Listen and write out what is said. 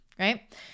right